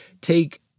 take